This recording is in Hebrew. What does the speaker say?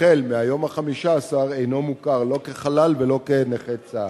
החל מהיום ה-15 הוא אינו מוכר לא כחלל ולא כנכה צה"ל.